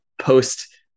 post